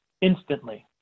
instantly